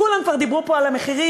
כולם כבר דיברו פה על המחירים,